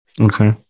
Okay